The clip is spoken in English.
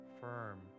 firm